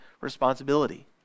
responsibility